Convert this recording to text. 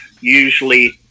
Usually